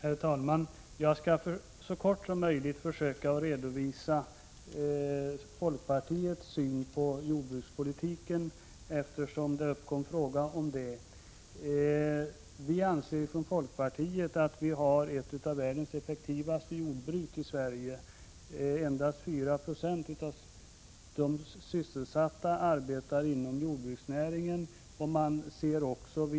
Herr talman! Jag skall så kortfattat som möjligt försöka redovisa folkpartiets syn på jordbrukspolitiken, eftersom det uppkom frågor om den. Folkpartiet anser att Sverige har ett av världens effektivaste jordbruk. Endast 4 96 av de sysselsatta arbetar inom jordbruksnäringen.